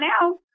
now